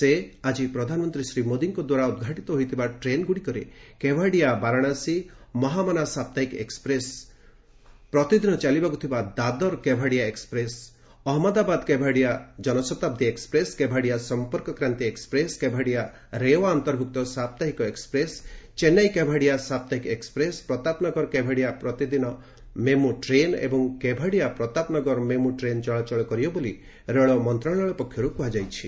ସେ ଆଜି ପ୍ରଧାନମନ୍ତ୍ରୀ ଶ୍ରୀ ମୋଦୀଙ୍କ ଦ୍ୱାରା ଉଦ୍ଘାଟିତ ହୋଇଥିବା ଟ୍ରେନଗୁଡିକରେ କେଭାଡିଆ ବାରଣାସୀ ମହାମାନା ସାପ୍ତାହିକ ଏକ୍ଟପ୍ରେସ ପ୍ରତିଦିନ ଚାଲିବାକୁ ଥିବା ଦାଦର କେଭାଡିଆ ଏକ୍କପ୍ରେସ ଅହମ୍ମଦାବାଦ କେଭାଡିଆ ଜନସପ୍ତାଦ୍ଦୀ ଏକ୍କପ୍ରେସ କେଭାଡିଆ ସମ୍ପର୍କ କ୍ରାନ୍ତି ଏକ୍ସପ୍ରେସ କେଭାଡିଆ ରେୱା ଅନ୍ତର୍ଭୁକ୍ତ ସପ୍ତାହିକ ଏକ୍ସପ୍ରେସ ଚେନ୍ନାଇ କେଭାଡିଆ ସପ୍ତାହିକ ଏକ୍ସପ୍ରେସ ପ୍ରତାପନଗର କେଭାଡିଆ ପ୍ରତିଦିନିଆ ମେମୁ ଟ୍ରେନ ଏବଂ କେଭାଡିଆ ପ୍ରତାପ ନଗର ମେମୁ ଟ୍ରେନ ଚଳାଚଳ କରିବ ବୋଳି ରେଳ ମନ୍ତ୍ରଶାଳୟ ପକ୍ଷରୁ କୁହାଯାଇଛି